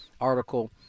article